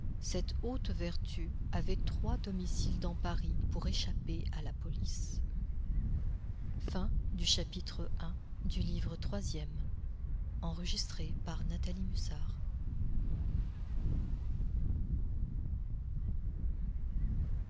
cette haute vertu avait trois domiciles dans paris pour échapper à la police